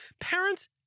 Parents